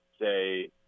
say